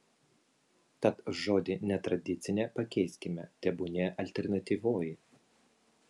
tad žodį netradicinė pakeiskime tebūnie alternatyvioji